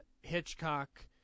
Hitchcock